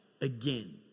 again